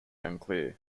unclear